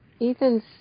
Ethan's